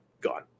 gone